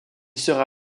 sera